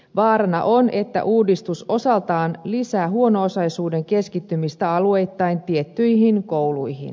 vaarana on että uudistus osaltaan lisää huono osaisuuden keskittymistä alueittain tiettyihin kouluihin